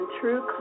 true